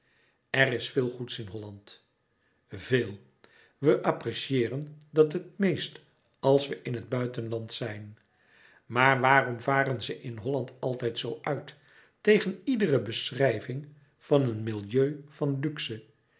er is veel goeds in holland veel we apprecieeren dat het meest als we in het buitenland zijn maar waarom varen ze in holland altijd zoo uit tegen iedere beschrijving van een milieu van luxe